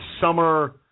summer